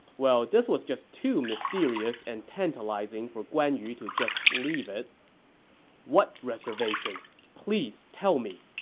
well, this was just too mysterious and tantalizing for guan yu to just leave it what reservations? please tell me!